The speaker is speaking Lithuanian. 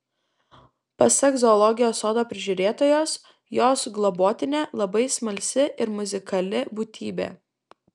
pasak zoologijos sodo prižiūrėtojos jos globotinė labai smalsi ir muzikali būtybė